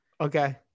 Okay